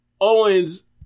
Owens